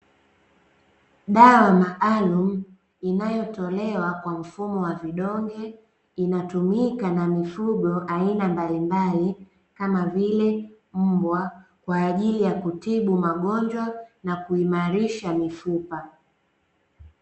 Dawa maalumu inayotolewa kwa mfumo wa vidonge inatumika na mifugo aina mbalimbali, kama vile; mbwa, kwa ajili ya kutibu magonjwa na kuimarisha mifupa.